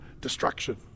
destruction